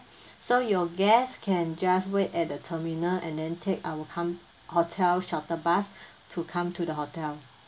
so your guests can just wait at the terminal and then take our come hotel shuttle bus to come to the hotel